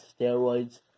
steroids